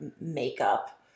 makeup